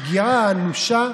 הפגיעה האנושה.